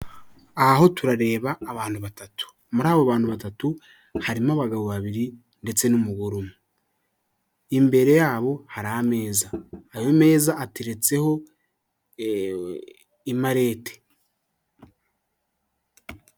Aha ho turareba abantu batatu muri abo bantu batatu harimo abagabo babiri ndetse n'umugore umwe; imbere yabo hari ameza, ayo meza ateretseho imarete.